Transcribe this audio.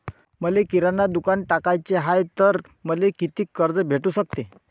मले किराणा दुकानात टाकाचे हाय तर मले कितीक कर्ज भेटू सकते?